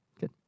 Good